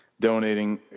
donating